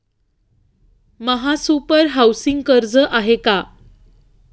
महासुपर हाउसिंग कर्ज आहे का?